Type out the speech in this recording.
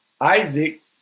Isaac